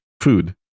food